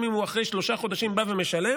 גם אם הוא אחרי שלושה חודשים בא ומשלם,